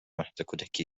مهدکودکی